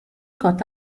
caught